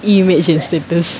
you match in status